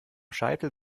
scheitel